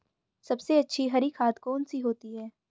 सबसे अच्छी हरी खाद कौन सी होती है?